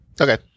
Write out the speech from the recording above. Okay